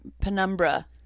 penumbra